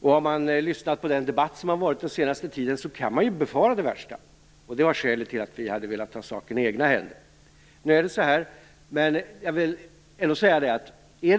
Har man lyssnat på den debatt som varit den senaste tiden kan man befara det värsta. Det var skälet till att vi hade velat ta saken i egna händer. Nu är det som det är.